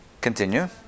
Continue